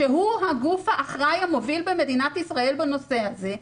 שהוא הגוף האחראי המוביל במדינת ישראל בנושא הזה,